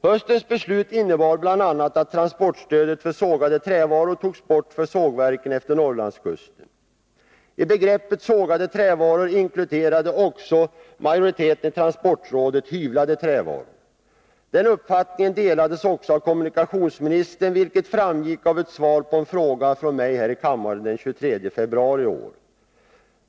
Höstens beslut innebar bl.a. att transportstödet för sågade trävaror togs bort för sågverken efter Norrlandskusten. I begreppet sågade trävaror inkluderade majoriteten i transportrådet också hyvlade trävaror. Den uppfattningen delades av kommunikationsministern, vilket framgick av ett svar på en fråga från mig här i kammaren den 23 februari i år.